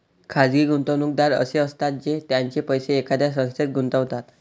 खाजगी गुंतवणूकदार असे असतात जे त्यांचे पैसे एखाद्या संस्थेत गुंतवतात